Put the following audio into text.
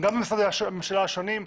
גם במשרדי הממשלה השונים,